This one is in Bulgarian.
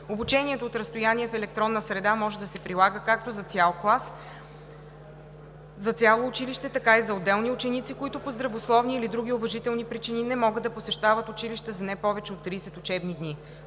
Обучението от разстояние в електронна среда може да се прилага както за цял клас, за цяло училище, така и за отделни ученици, които по здравословни или други уважителни причини не могат да посещават училище за не повече от 30 учебни дни.